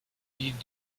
vivent